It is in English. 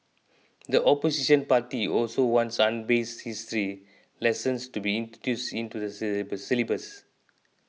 the opposition party also wants unbiased history lessons to be introduced into the syllabus